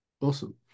awesome